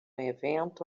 evento